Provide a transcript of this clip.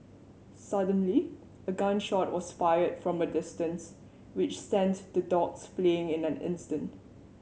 suddenly a gun shot was fired from a distance which sent the dogs fleeing in an instant